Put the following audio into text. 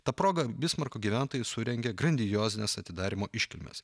ta proga bismarko gyventojai surengė grandiozines atidarymo iškilmes